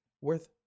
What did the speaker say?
worth